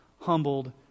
humbled